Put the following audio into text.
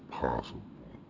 possible